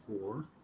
four